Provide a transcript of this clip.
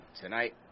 tonight